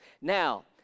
Now